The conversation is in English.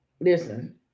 Listen